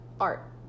Art